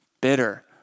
bitter